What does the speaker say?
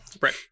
Right